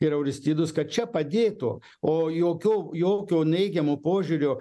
ir auristidos kad čia padėtų o jokio jokio neigiamo požiūrio